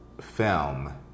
film